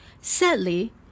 Sadly